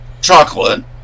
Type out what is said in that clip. chocolate